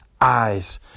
eyes